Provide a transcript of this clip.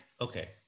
Okay